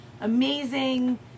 amazing